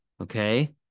okay